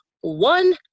one